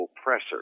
oppressor